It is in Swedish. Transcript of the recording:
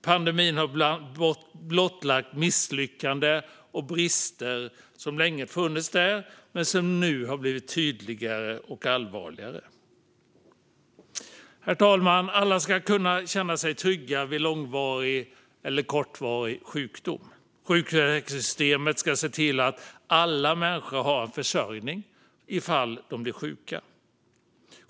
Pandemin har blottlagt misslyckanden och brister som länge funnits där men som nu blivit tydligare och allvarligare. Herr talman! Alla ska kunna känna sig trygga vid både kortvarig och långvarig sjukdom. Sjukförsäkringssystemet ska se till att alla människor har en försörjning ifall de blir sjuka.